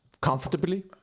comfortably